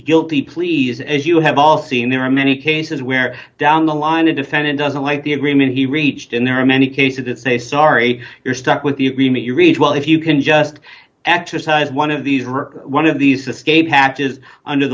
guilty pleas as you have all seen there are many cases where down the line a defendant doesn't like the agreement he reached in there are many cases that say sorry you're stuck with the agreement you reach well if you can just actually size one of these are one of these